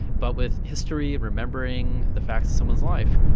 but with history, remembering the facts of someone's life,